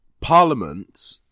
parliament